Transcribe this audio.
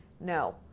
No